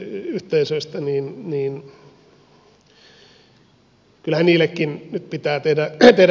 kyllähän niillekin nyt pitää tehdä jotakin